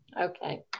Okay